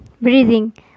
breathing